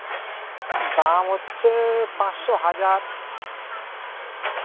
দাম হচ্চে পাঁচশো হাজার